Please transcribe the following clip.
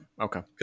okay